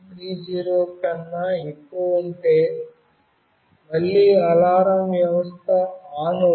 30 కన్నా ఎక్కువ ఉంటే మళ్ళీ అలారం వ్యవస్థ ఆన్ అవుతుంది